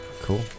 Cool